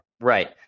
Right